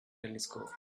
telescope